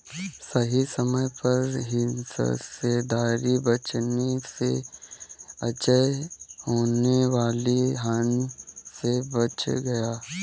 सही समय पर हिस्सेदारी बेचने से अजय होने वाली हानि से बच गया